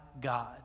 God